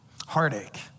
heartache